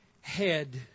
head